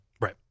Right